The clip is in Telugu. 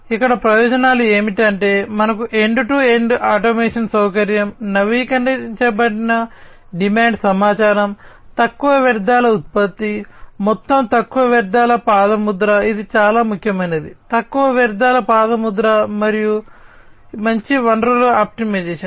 ఇక్కడ ప్రయోజనాలు ఏమిటంటే మనకు ఎండ్ టు ఎండ్ ఆటోమేషన్ సౌకర్యం నవీకరించబడిన డిమాండ్ సమాచారం తక్కువ వ్యర్థాల ఉత్పత్తి మొత్తం తక్కువ వ్యర్థాల పాదముద్ర ఇది చాలా ముఖ్యమైనది తక్కువ వ్యర్థాల పాదముద్ర మరియు మంచి వనరుల ఆప్టిమైజేషన్